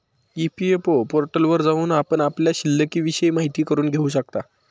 EPFO पोर्टलवर जाऊन आपण आपल्या शिल्लिकविषयी माहिती करून घेऊ शकता